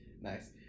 Nice